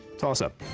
toss-up.